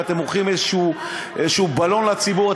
ואתם מוכרים איזשהו בלון לציבור.